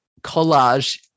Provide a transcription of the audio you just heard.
collage